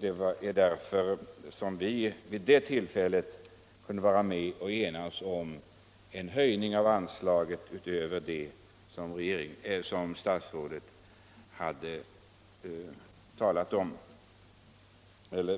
Det var därför vi den gången kunde vara med om en höjning av anslaget utöver vad statsrådet hade